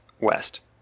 west